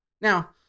Now